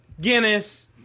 Guinness